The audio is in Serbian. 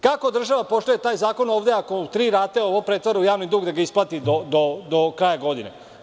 Kako država poštuje taj zakon ovde ako u tri rate ovo pretvara u javni dug, da ga isplati do kraja godine?